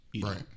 Right